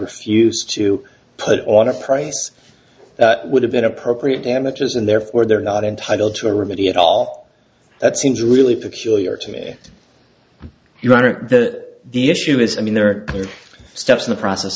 refused to put on a price that would have been appropriate damages and therefore they're not entitled to remediate all that seems really peculiar to me your honor that the issue is i mean there are steps in the process